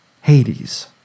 Hades